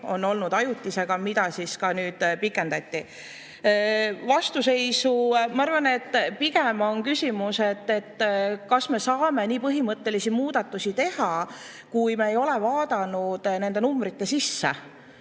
olnud ajutise [süsteemiga], mida nüüd pikendati. Vastuseisu kohta ma arvan, et pigem on küsimus selles, kas me saame nii põhimõttelisi muudatusi teha, kui me ei ole vaadanud nende numbrite sisse,